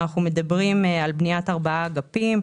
אנחנו מדברים על בניית ארבעה אגפים.